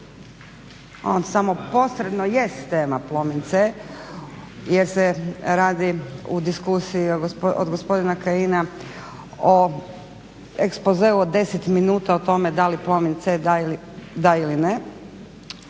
samo posredno jest tema Plomin C jer se radi u diskusiji od gospodina Kajina od ekspozeu od 10 minuta o tome da li Plomin C da ili ne,